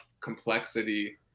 complexity